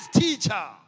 teacher